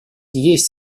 есть